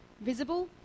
visible